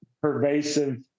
pervasive